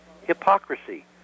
hypocrisy